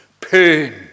pain